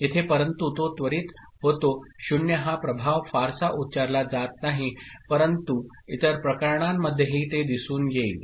येथे परंतु तो त्वरित होतो 0 हा प्रभाव फारसा उच्चारला जात नाही परंतु इतर प्रकरणांमध्येही ते दिसून येईल